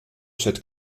przed